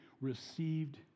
received